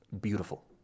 beautiful